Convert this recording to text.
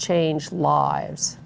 changed lives